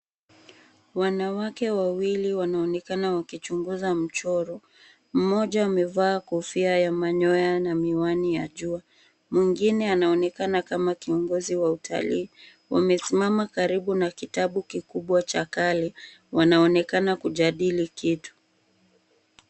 Wanawake wawili wanaonekana wakichunguza mchoro. Mmoja amevaa kofia ya manyoya na miwani ya jua. Mwingine anaonekana kama kiongozi wa utalii, wamesimama karibu na kitabu kikubwa cha kale. Wanaonekana kujadili kitu.